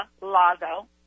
Lago